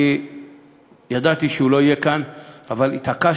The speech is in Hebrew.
אני ידעתי שהוא לא יהיה כאן אבל התעקשתי,